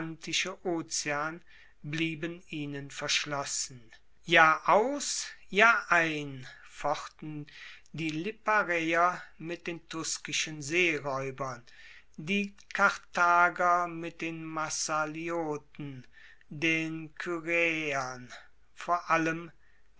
blieben ihnen verschlossen jahr aus jahr ein fochten die liparaeer mit den tuskischen seeraeubern die karthager mit den massalioten den kyrenaeern vor allem